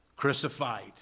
crucified